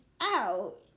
out